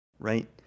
right